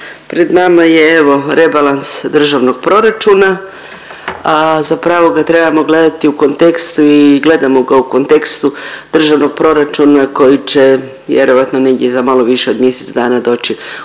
Pred nama je evo rebalans državnog proračuna, a zapravo ga trebamo gledati u kontekstu i gledamo ga u kontekstu državnog proračuna koji će vjerojatno negdje za malo više od mjesec dana doći